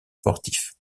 sportifs